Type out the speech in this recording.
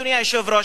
אדוני היושב-ראש,